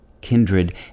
Kindred